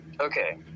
Okay